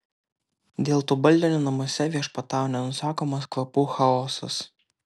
dėl to baldinio namuose viešpatavo nenusakomas kvapų chaosas